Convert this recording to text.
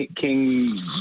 king